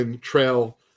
Trail